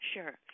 Sure